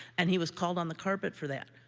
and he was called on the carpet for that.